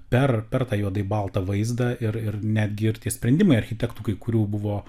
per per tą juodai baltą vaizdą ir ir netgi tie sprendimai architektų kai kurių buvo